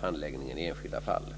handläggningen i enskilda fall.